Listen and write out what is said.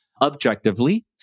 objectively